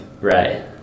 Right